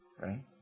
Right